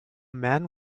man